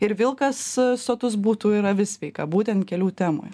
ir vilkas sotus būtų ir avis sveika būtent kelių temoje